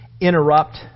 interrupt